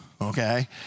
okay